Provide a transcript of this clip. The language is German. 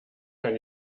kann